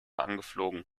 angeflogen